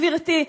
גברתי,